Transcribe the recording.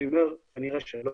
אני אומר כנראה שלא.